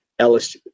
LSU